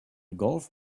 golf